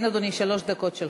כן, אדוני, שלוש דקות שלך.